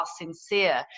sincere